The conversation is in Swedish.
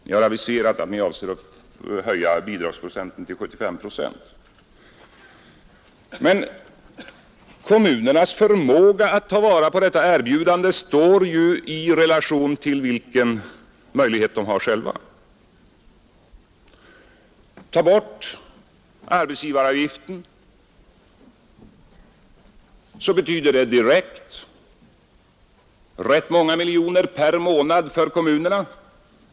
Ni har aviserat att höja statsbidraget till 75 procent. Men kommunernas möjligheter att ta vara på detta erbjudande står ju i relation till deras egen ekonomiska förmåga. Tar man bort arbetsgivaravgiften, betyder det direkt rätt många miljoner per månad för kommunerna.